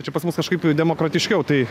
čia pas mus kažkaip demokratiškiau tai